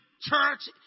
church